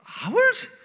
hours